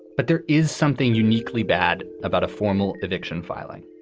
but there is something uniquely bad about a formal eviction filing.